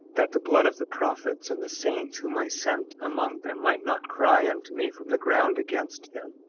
that the blood of the prophets and the saints whom i sent among them might not cry unto me from the ground against them.